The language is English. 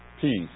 peace